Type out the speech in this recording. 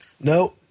No